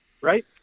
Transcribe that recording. right